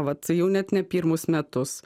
vat jau net ne pirmus metus